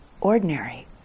ordinary